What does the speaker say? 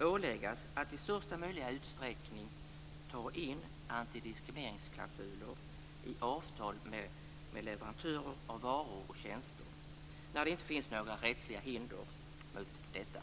åläggas att i största möjliga utsträckning ta in antidiskrimineringsklausuler i avtal med leverantörer av varor och tjänster när det inte finns några rättsliga hinder mot detta.